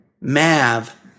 Mav